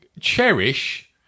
Cherish